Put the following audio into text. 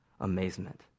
amazement